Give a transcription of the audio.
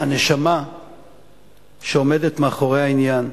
הנשמה שעומדת מאחורי העניין.